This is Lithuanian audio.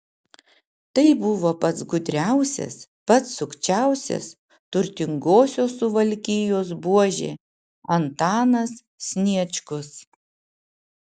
tai buvo pats gudriausias pats sukčiausias turtingosios suvalkijos buožė antanas sniečkus